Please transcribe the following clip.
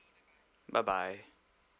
bye bye